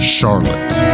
Charlotte